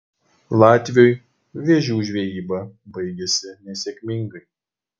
latviui vėžių žvejyba baigėsi nesėkmingai